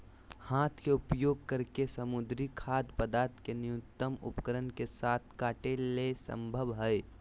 हाथ के उपयोग करके समुद्री खाद्य पदार्थ के न्यूनतम उपकरण के साथ काटे ले संभव हइ